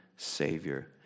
Savior